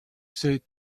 said